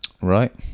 Right